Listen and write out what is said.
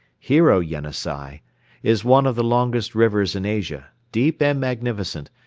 hero yenisei is one of the longest rivers in asia, deep and magnificent,